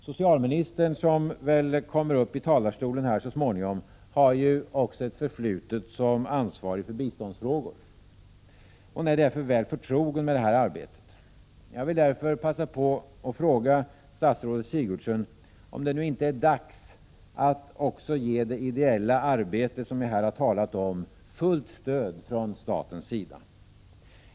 Socialministern, som väl kommer upp i talarstolen här så småningom, har ju också ett förflutet som ansvarig för biståndsfrågor. Hon är alltså väl förtrogen med det arbetet. Jag vill därför passa på att fråga statsrådet Sigurdsen om det nu inte är dags att ge också det ideella arbete som jag här har talat om fullt stöd från statens sida.